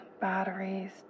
batteries